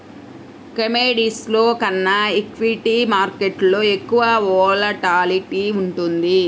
కమోడిటీస్లో కన్నా ఈక్విటీ మార్కెట్టులో ఎక్కువ వోలటాలిటీ ఉంటుంది